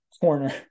corner